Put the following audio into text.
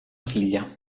figlia